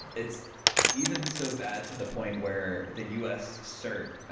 it's even so bad to the point where the us cert,